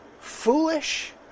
Foolish